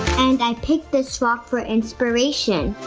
and i picked this spot for inspiration.